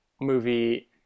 movie